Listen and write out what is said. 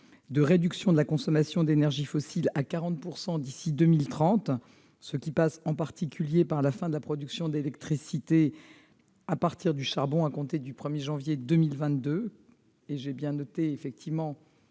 de réduction de la consommation d'énergies fossiles à 40 % d'ici à 2030, ce qui passe en particulier par la fin de la production d'électricité à partir du charbon à compter du 1 janvier 2022- j'ai bien noté les enjeux